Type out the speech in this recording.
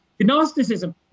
Gnosticism